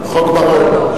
חוק בר-און.